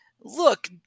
look